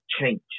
change